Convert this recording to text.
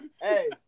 Hey